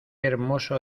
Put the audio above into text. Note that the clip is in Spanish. hermoso